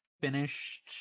finished